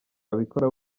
yabikora